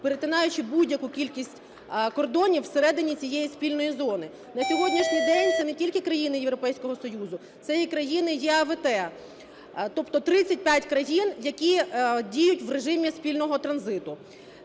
перетинаючи будь-яку кількість кордонів всередині цієї спільної зони. На сьогоднішній день це не тільки країни Європейського Союзу, це і країни ЄАВТ, тобто 35 країн, які діють в режимі спільного транзиту.